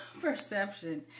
perception